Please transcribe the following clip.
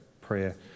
prayer